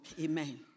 amen